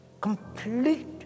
complete